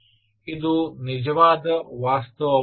ಇದು ನಿಜವಾದ ವಾಸ್ತವವಾಗಿದೆ